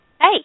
hey